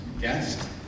guest